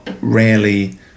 rarely